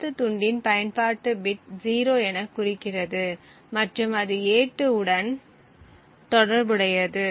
அடுத்த துண்டின் பயன்பாட்டு பிட் 0 என குறிக்கிறது மற்றும் அது a2 உடன் தொடர்புடையது